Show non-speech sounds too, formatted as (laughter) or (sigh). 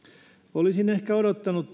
olisin ehkä odottanut (unintelligible)